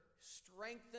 strengthen